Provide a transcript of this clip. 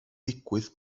digwydd